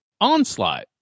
Onslaught